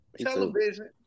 Television